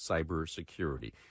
Cybersecurity